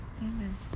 Amen